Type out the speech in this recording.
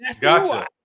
Gotcha